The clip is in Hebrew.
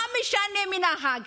מה משנה מי נהג,